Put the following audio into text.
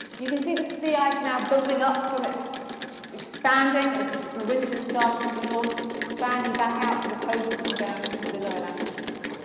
you can see the sea ice now building up from it's so expanding as the so the winter has started in the north, expanding back out to the coasts and down into the lower latitudes.